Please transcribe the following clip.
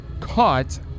caught